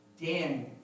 Dan